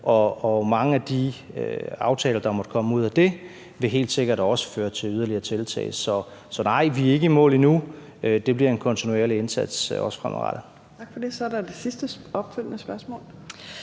Og mange af de aftaler, der måtte komme ud af det, vil helt sikkert også føre til yderligere tiltag. Så nej, vi er ikke i mål endnu. Det bliver en kontinuerlig indsats også fremadrettet. Kl. 15:14 Fjerde næstformand (Trine